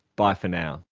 bye for now